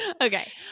Okay